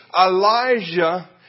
Elijah